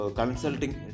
consulting